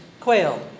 quail